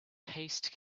paste